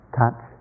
touch